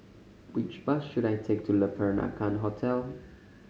which bus should I take to Le Peranakan Hotel